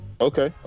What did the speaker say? Okay